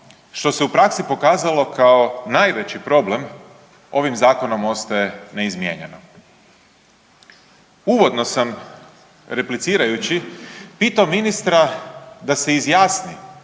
što se u praksi pokazalo kao najveći problem ovim zakonom ostaje neizmijenjeno. Uvodno sam replicirajući pitao ministra da se izjasni,